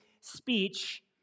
speech